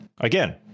Again